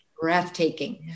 breathtaking